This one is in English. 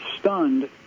stunned